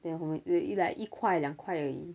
then 我们 like 一块两块而已